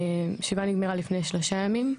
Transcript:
השבעה נגמרה לפני שלושה ימים.